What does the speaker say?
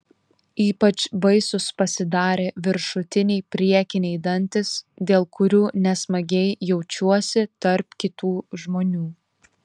ypač baisūs pasidarė viršutiniai priekiniai dantys dėl kurių nesmagiai jaučiuosi tarp kitų žmonių